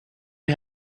you